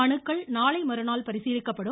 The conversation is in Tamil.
மனுக்கள் நாளை மறுநாள் பரிசீலிக்கப்படும்